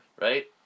Right